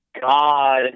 God